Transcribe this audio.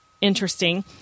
interesting